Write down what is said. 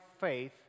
faith